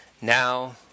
Now